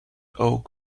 old